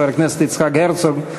חבר הכנסת יצחק הרצוג,